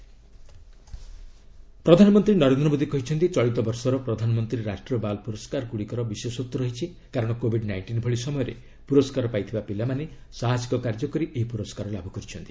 PM ରାଷ୍ଟ୍ରୀୟ ବାଲ୍ ପୁରସ୍କାର ପ୍ରଧାନମନ୍ତ୍ରୀ ନରେନ୍ଦ୍ର ମୋଦୀ କହିଛନ୍ତି ଚଳିତ ବର୍ଷର 'ପ୍ରଧାନମନ୍ତ୍ରୀ ରାଷ୍ଟ୍ରୀୟ ବାଲ୍ ପୁରସ୍କାର' ଗୁଡ଼ିକର ବିଶେଷତ୍ୱ ରହିଛି କାରଣ କୋବିଡ୍ ନାଇଷ୍ଟିନ୍ ଭଳି ସମୟରେ ପୁରସ୍କାର ପାଇଥିବା ପିଲାମାନେ ସାହସିକ କାର୍ଯ୍ୟ କରି ଏହି ପୁରସ୍କାର ଲାଭ କରିଛନ୍ତି